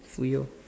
!fuyoh!